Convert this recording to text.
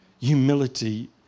Humility